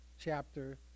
chapter